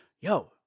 yo